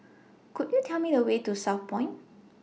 Could YOU Tell Me The Way to Southpoint